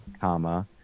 comma